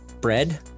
bread